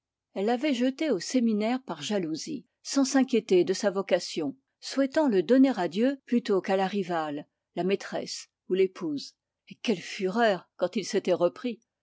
elle l'avait jeté au séminaire par jalousie sans s'inquiéter de sa vocation souhaitant le donner à dieu plutôt qu'à la rivale la maîtresse ou l'épouse et quelle fureur quand il s'était repris